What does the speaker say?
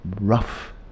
rough